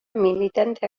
militante